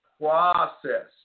process